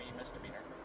misdemeanor